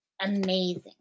amazing